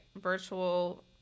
virtual –